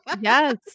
Yes